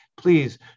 please